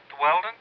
Weldon